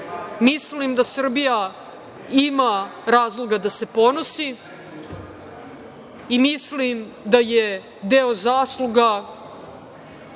mislim da Srbija ima razloga da se ponosi i mislim da je deo zasluga